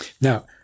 Now